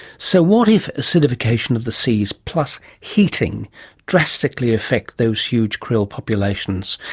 so what if acidification of the seas plus heating drastically affect those huge krill populations?